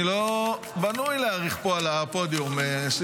שיאפשרו יישום מיטבי של ההסדר החדש,